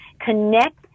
connect